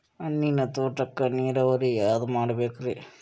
ಹಣ್ಣಿನ್ ತೋಟಕ್ಕ ನೀರಾವರಿ ಯಾದ ಮಾಡಬೇಕ್ರಿ?